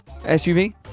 SUV